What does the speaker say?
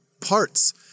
parts